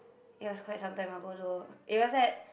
it was quite some time ago though it was at